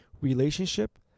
relationship